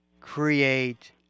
create